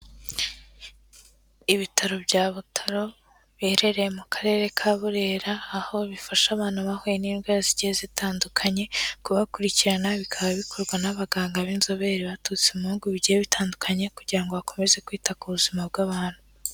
Ibitaro bya Butaro biherereye mu karere ka Burera, aho bifasha abantu bahuye n'indwara zigiye zitandukanye, kubakurikirana bikaba bikorwa n'abaganga b'inzobere baturutse mu bihugu bigiye bitandukanye, kugira ngo bakomeze kwita ku buzima bw'abantu.